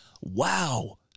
Wow